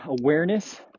awareness